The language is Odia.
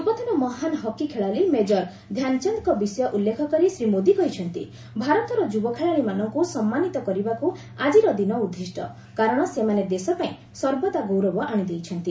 ପୂର୍ବତନ ମହାନ ହକି ଖେଳାଳି ମେଜର ଧ୍ୟାନ ଚାନ୍ଦଙ୍କ ବିଷୟ ଉଲ୍ଲେଖ କରି ଶ୍ରୀ ମୋଦୀ କହିଛନ୍ତି ଭାରତର ଯୁବ ଖେଳାଳିମାନଙ୍କୁ ସମ୍ମାନିତ କରିବାକୁ ଆଜିର ଦିନ ଉଦ୍ଦିଷ୍ଟ କାରଣ ସେମାନେ ଦେଶ ପାଇଁ ସର୍ବଦା ଗୌରବ ଆଶିଦେଇଛନ୍ତି